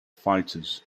fighters